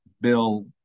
bill